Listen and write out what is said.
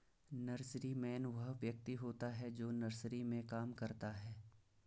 nurseryman वह व्यक्ति होता है जो नर्सरी में काम करता है